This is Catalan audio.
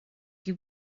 qui